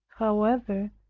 however,